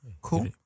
Cool